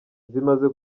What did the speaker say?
zimaze